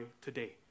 today